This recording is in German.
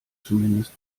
zumindest